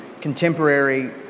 contemporary